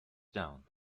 down